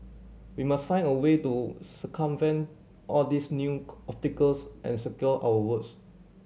we must find a way to circumvent all these new obstacles and secure our votes